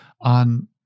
on